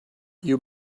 you